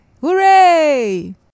Hooray